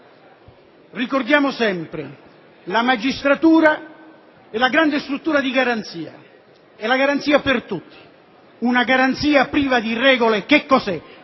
Ricordiamo sempre che la magistratura è una grande struttura di garanzia; una garanzia per tutti. Ed una garanzia priva di regole che cos'è?